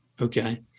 okay